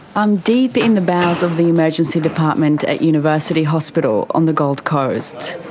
i'm deep in the bowels of the emergency department at university hospital on the gold coast.